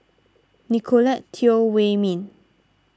Nicolette Teo Wei Min